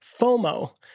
FOMO